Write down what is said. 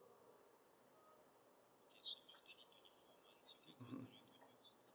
mm